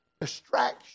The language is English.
distraction